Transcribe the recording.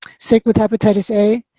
sick with hepatitis a.